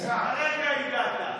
הרגע הגעת.